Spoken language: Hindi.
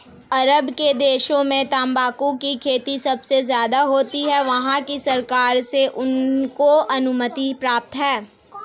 अरब के देशों में तंबाकू की खेती सबसे ज्यादा होती है वहाँ की सरकार से उनको अनुमति प्राप्त है